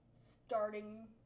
starting